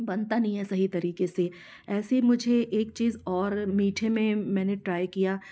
बनता नहीं है सही तरीके से ऐसे मुझे एक चीज और मीठे में मैंने ट्राई किया